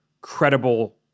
credible